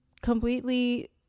completely